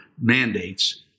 mandates